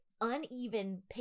uneven